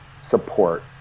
support